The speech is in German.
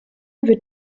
wird